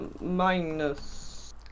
minus